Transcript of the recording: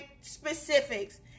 specifics